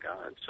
God